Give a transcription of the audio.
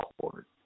court